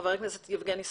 חבר הכנסת יבגני סובה.